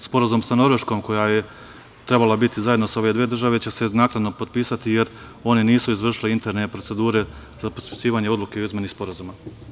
Sporazum sa Norveškom koja je trebala biti zajedno sa ove države će se značajno potpisati jer one nisu izvršile interne procedure za potpisivanje odluke o izmeni sporazuma.